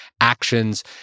actions